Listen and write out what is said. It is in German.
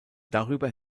darüber